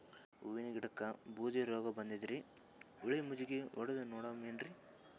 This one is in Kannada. ಹೂವಿನ ಗಿಡಕ್ಕ ಬೂದಿ ರೋಗಬಂದದರಿ, ಹುಳಿ ಮಜ್ಜಗಿ ಹೊಡದು ನೋಡಮ ಏನ್ರೀ?